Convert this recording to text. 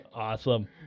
Awesome